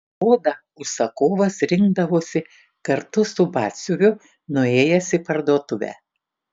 odą užsakovas rinkdavosi kartu su batsiuviu nuėjęs į parduotuvę